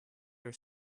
your